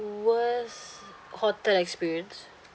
worse hotel experience